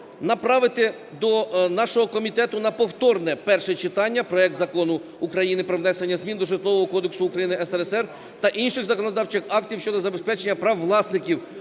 направити до нашого комітету на повторне перше читання проект Закону України про внесення змін до Житлового кодексу Української РСР та інших законодавчих актів щодо забезпечення прав власників